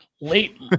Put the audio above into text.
late